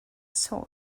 sword